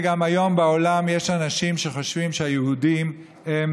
וגם היום בעולם יש אנשים שחושבים שהיהודים הם